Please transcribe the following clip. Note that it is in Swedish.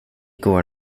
går